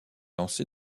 lancé